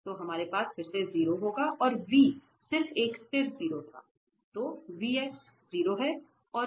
तो हमारे पास फिर से 0 होगा और v सिर्फ एक स्थिर 0 था